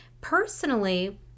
Personally